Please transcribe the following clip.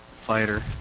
fighter